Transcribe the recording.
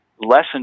lesson